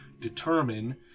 determine